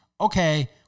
okay